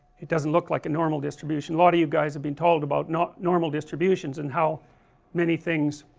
it doesn't look like a normal distribution, lot of you guys have been told about, not, normal distributions and how many things